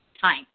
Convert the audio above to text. time